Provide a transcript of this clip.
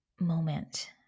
moment